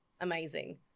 amazing